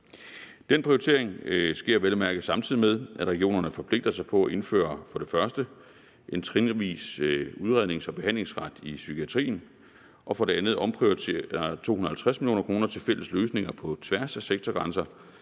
Den prioritering sker vel at mærke, samtidig med at regionerne forpligter sig til for det første at indføre en trinvis udrednings- og behandlingsret i psykiatrien og for det andet omprioritere 250 mio. kr. til fælles løsninger på tværs af sektorgrænser